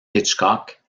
hitchcock